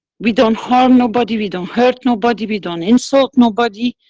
we don't harm nobody, we don't hurt nobody, we don't insult nobody,